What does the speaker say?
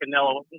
Canelo